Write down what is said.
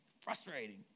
Frustrating